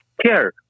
care